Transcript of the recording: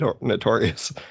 notorious